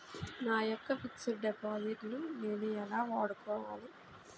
నా యెక్క fixed deposit ను నేను ఎలా వాడుకోవాలి?